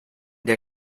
der